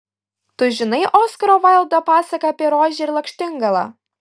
tu žinai oskaro vaildo pasaką apie rožę ir lakštingalą